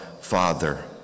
Father